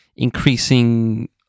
increasing